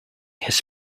his